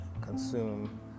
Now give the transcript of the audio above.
consume